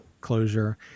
closure